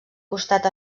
costat